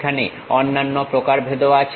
সেখানে অন্যান্য প্রকারভেদও আছে